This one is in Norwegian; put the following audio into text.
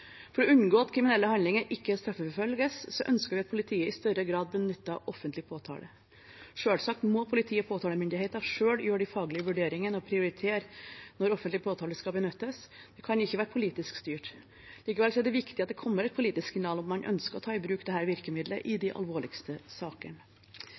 For å unngå at kriminelle handlinger ikke straffeforfølges, ønsker vi at politiet i større grad benytter offentlig påtale. Selvsagt må politiet og påtalemyndigheten selv gjøre de faglige vurderingene og prioritere når offentlig påtale skal benyttes. Det kan ikke være politisk styrt. Likevel er det viktig at det kommer et politisk signal om at man ønsker å ta i bruk dette virkemiddelet i